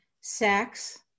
sex